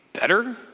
better